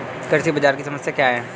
कृषि बाजार की समस्या क्या है?